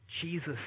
Jesus